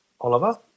Oliver